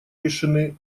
решены